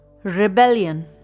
Rebellion